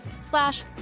slash